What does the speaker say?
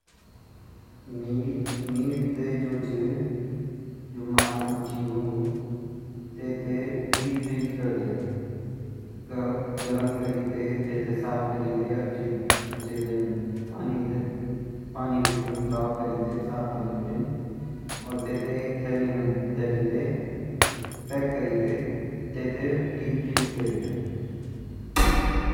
जु मॉस ची वेते हम भोत तरह से मतलबकी भोत दिन तक रख सकन वेके माँसा जन काटी के अछि तरह से ध्वे -धा के वेगा भीतरा भी अलग-अलग चीज़ निकल ड्योड मतलब ऊते भी अलग -अलग हम अर सूखे ते रख सकन अर माँस जन हम टांग दयोला भक़रा माँस ची वे हम टांग दयोला जान जु ठंडा इलाका म छिन उ भी भोत दिन तक चलन उ भी खराब नी वोन वे हम रोस्ट करके भी मतलब भूँड के भी रख सकन, वेगा मांसो हम अचार बड़ेते रख सकें अर सूखे ते सकसु बड़ेते भी रख सकन।